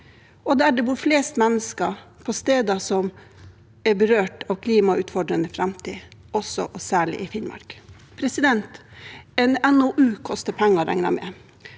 – der det bor flest mennesker på steder som er berørt av en klimautfordrende framtid, også særlig i Finnmark. En NOU koster penger, regner jeg